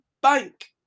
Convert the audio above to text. bank